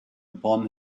upon